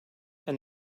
and